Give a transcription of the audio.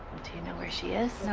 do you know where she is?